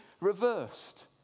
reversed